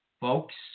Folks